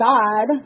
God